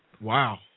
Wow